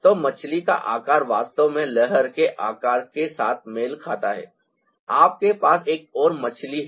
तो मछली का आकार वास्तव में लहर के आकार के साथ मेल खाता है आपके पास एक और मछली है